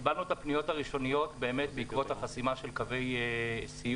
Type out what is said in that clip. קיבלנו את הפניות הראשונות בעקבות החסימה של קווי סיוע,